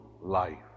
life